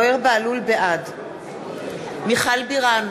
בעד מיכל בירן,